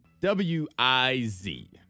W-I-Z